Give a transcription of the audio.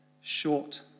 short